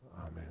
Amen